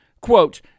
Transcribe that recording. Quote